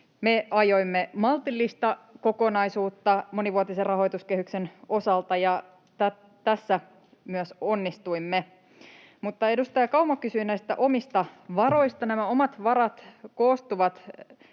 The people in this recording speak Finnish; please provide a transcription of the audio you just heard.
Me ajoimme maltillista kokonaisuutta monivuotisen rahoituskehyksen osalta ja tässä myös onnistuimme. Edustaja Kauma kysyi omista varoista. Nämä omat varat koostuvat